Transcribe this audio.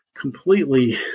completely